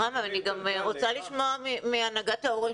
רם, אני רוצה לשמוע גם מהנהגת ההורים.